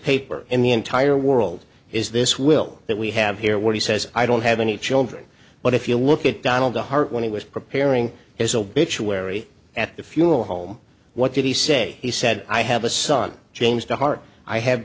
paper in the entire world is this will that we have here where he says i don't have any children but if you look at donald to heart when he was preparing his obituary at the funeral home what did he say he said i have a son james to heart i have